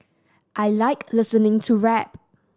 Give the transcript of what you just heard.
I like listening to rap